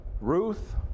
Ruth